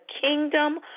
kingdom